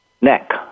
neck